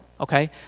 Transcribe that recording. Okay